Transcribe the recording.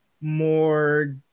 more